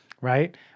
right